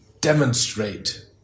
demonstrate